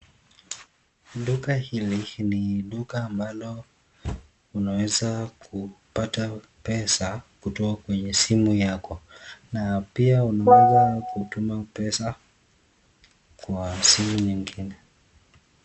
Duka hili ni duka ambalo unaweza kupata pesa kutoka kwenye simu yako na pia unaweza kutuma pesa kwa simu nyingine.